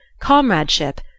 comradeship